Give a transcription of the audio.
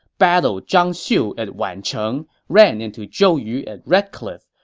battled zhang xiu at wancheng, ran into zhou yu at red cliff,